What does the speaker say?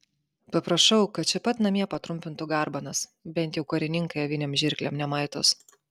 paprašau kad čia pat namie patrumpintų garbanas bent jau karininkai avinėm žirklėm nemaitos